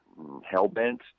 Hellbent